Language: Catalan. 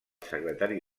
secretari